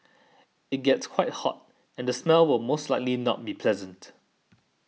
it gets quite hot and the smell will most likely not be pleasant